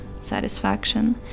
satisfaction